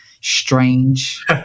strange